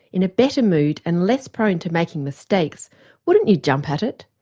in a better mood and less prone to making mistakes wouldn't you jump at it?